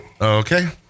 Okay